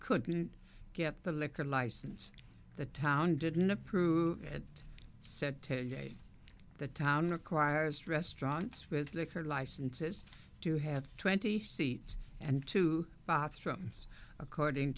couldn't get the liquor license the town didn't approve it said to the town acquired restaurants with liquor licenses to have twenty seats and two bathrooms according